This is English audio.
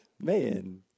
man